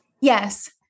Yes